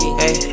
hey